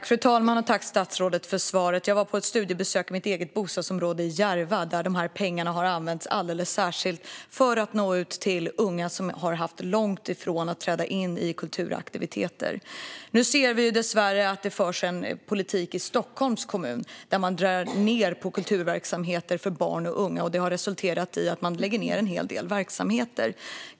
Fru talman! Tack, statsrådet, för svaret! Jag var på ett studiebesök i mitt bostadsområde i Järva, där dessa pengar använts särskilt för att nå ut till unga som haft långt till att träda in i kulturaktiviteter. Nu ser vi dessvärre att det förs en politik i Stockholms kommun där man drar ned på kulturverksamheter för barn och unga. Detta har resulterat i att en hel del verksamheter läggs ned.